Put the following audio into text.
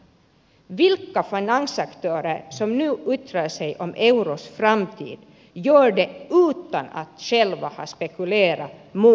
vilka finansaktörer som nu yttrar sig om eurons framtid gör det utan att själva ha spekulerat mot euron